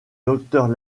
docteur